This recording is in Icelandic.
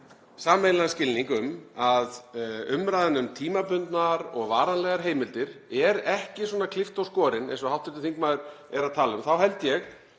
sameiginlegan skilning um að umræðan um tímabundnar og varanlegar heimildir er ekki svona klippt og skorin eins og hv. þingmaður er að tala um þá held ég